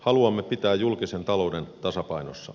haluamme pitää julkisen talouden tasapainossa